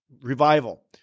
revival